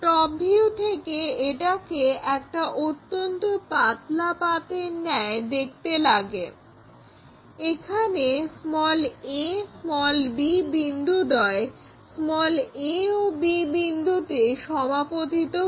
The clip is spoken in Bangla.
টপ ভিউ থেকে এটাকে একটা অত্যন্ত পাতলা পাতের ন্যায় দেখতে লাগে যেখানে a b বিন্দুদ্বয় a ও b বিন্দুতে সমাপতিত হয়